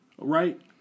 Right